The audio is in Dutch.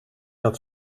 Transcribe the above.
dat